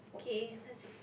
K lets